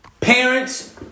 parents